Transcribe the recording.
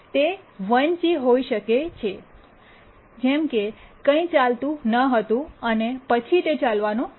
તે 1c ૧ C હોઈ શકે છે જેમ કે કંઇ ચાલતું ન હતું અને તે ચાલવાનું શરૂ કર્યું